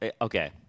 Okay